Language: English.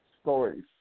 stories